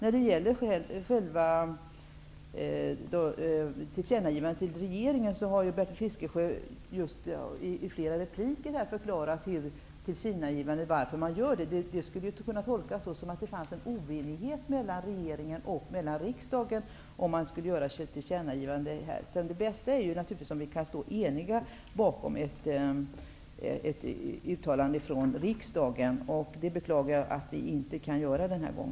Beträffande själva tillkännagivandet till regeringen har Bertil Fiskesjö i flera repliker förklarat omständigheterna bakom ett tillkännagivande. Ett tillkännagivande skulle kunna tolkas som att det fanns en oenighet mellan regeringen och riksdagen. Det bästa är naturligtvis om vi kan stå eniga bakom ett uttalande från riksdagen. Jag beklagar att vi inte kan göra det denna gång.